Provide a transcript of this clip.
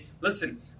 listen